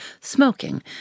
smoking